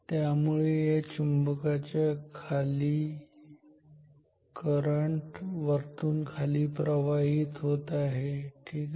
त्यामुळे या चुंबकाच्या खाली करंट वरतून खाली प्रवाहित होत आहे ठीक आहे